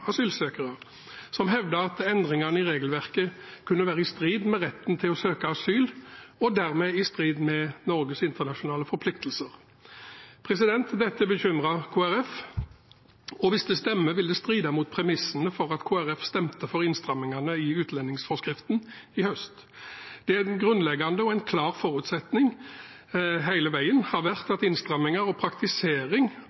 asylsøkere, som hevdet at endringene i regelverket kunne være i strid med retten til å søke asyl, og dermed i strid med Norges internasjonale forpliktelser. Dette bekymrer Kristelig Folkeparti. Hvis det stemmer, vil det stride mot premissene for at Kristelig Folkeparti stemte for innstrammingene i utlendingsforskriften i høst. Det har vært en grunnleggende og klar forutsetning hele veien